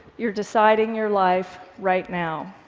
you're deciding your life right now.